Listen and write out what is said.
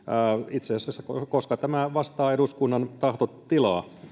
itse asiassa koska tämä vastaa eduskunnan tahtotilaa